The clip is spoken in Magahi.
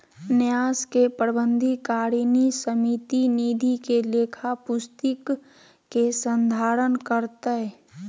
न्यास के प्रबंधकारिणी समिति निधि के लेखा पुस्तिक के संधारण करतय